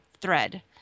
thread